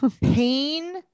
Pain